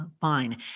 fine